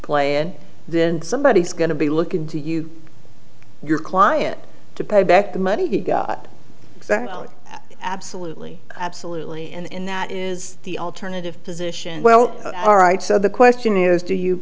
play and then somebody is going to be looking to you your client to pay back the money he got exactly absolutely absolutely and that is the alternative position well all right so the question is do you